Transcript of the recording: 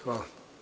Hvala.